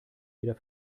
wieder